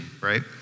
right